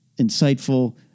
insightful